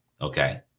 okay